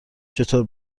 چطور